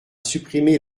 supprimer